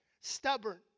stubborn